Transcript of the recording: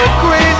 crazy